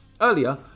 Earlier